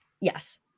Yes